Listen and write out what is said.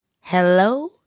Hello